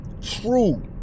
true